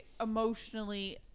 emotionally